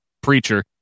preacher